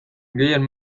gehien